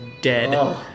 dead